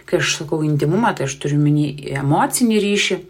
kai aš sakau intymumą tai aš turiu omeny emocinį ryšį